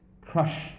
Crush